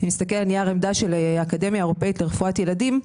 אם נסתכל על נייר העמדה של האקדמיה האירופאית לרפואת ילדים,